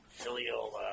filial